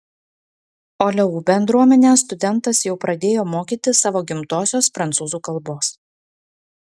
o leu bendruomenę studentas jau pradėjo mokyti savo gimtosios prancūzų kalbos